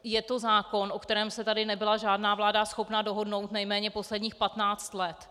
Je to zákon, o kterém se tady nebyla žádná vláda schopná dohodnout nejméně posledních patnáct let.